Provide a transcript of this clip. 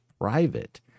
private